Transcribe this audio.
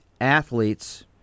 athletes